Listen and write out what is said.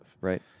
right